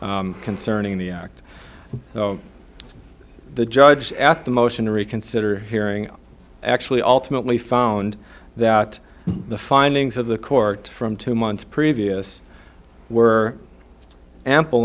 ng concerning the act the judge at the motion to reconsider hearing actually ultimately found that the findings of the court from two months previous were ample